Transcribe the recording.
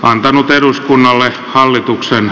antanut eduskunnalle hallituksen